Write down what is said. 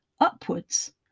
upwards